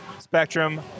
Spectrum